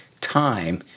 time